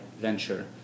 venture